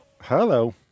Hello